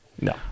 No